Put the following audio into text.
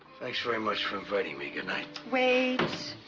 thanks very much for inviting me. good night. wait